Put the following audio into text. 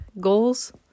goals